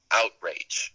outrage